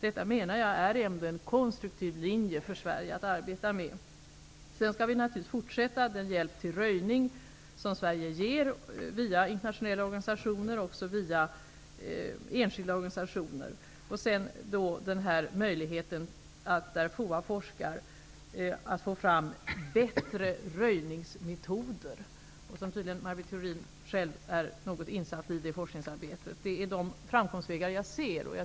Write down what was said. Detta menar jag ändå är en konstruktiv linje för Sverige att arbeta efter. Vidare skall Sverige naturligtvis fortsätta att ge hjälp till röjning via internationella och enskilda organisationer. Vi skall också genom FOA:s forskning försöka att få fram bättre röjningsmetoder -- tydligen är Maj Britt Theorin själv något insatt i det forskningsarbetet. Dessa är de framkomstvägar jag ser.